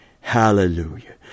Hallelujah